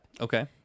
Okay